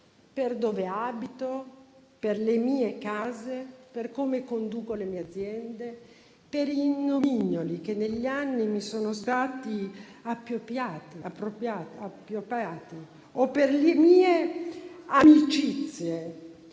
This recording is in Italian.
per dove abito, per le mie case, per come conduco le mie aziende, per i nomignoli che negli anni mi sono stati appioppati o per le mie amicizie?